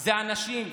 זה אנשים,